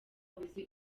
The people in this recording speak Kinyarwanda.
uzi